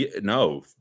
no